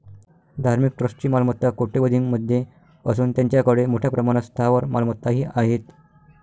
धार्मिक ट्रस्टची मालमत्ता कोट्यवधीं मध्ये असून त्यांच्याकडे मोठ्या प्रमाणात स्थावर मालमत्ताही आहेत